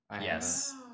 Yes